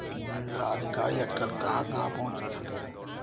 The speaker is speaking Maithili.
महिला अधिकारी आजकल कहाँ कहाँ पहुँचल छथिन